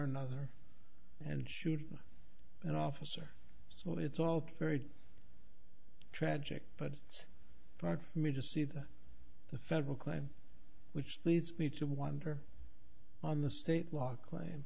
another and shoot an officer so it's all very tragic but it's hard for me to see that the federal claim which leads me to wonder on the state law claim